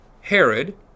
Herod